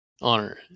honor